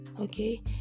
okay